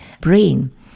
brain